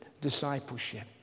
discipleship